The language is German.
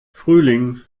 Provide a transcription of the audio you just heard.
frühling